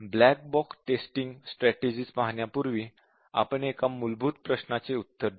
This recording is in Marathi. ब्लॅक बॉक्स टेस्टिंग स्ट्रॅटेजिज पाहण्यापूर्वी आपण एका मूलभूत प्रश्नाचे उत्तर देऊ